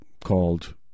Called